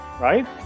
Right